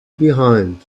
behind